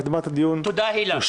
הקדמת הדיון אושרה.